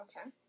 Okay